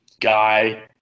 guy